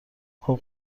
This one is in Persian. خوب